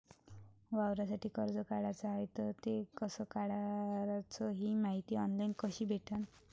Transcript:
वावरासाठी कर्ज काढाचं हाय तर ते कस कराच ही मायती ऑनलाईन कसी भेटन?